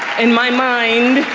in my mind,